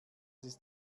ist